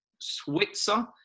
Switzer